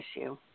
issue